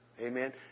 Amen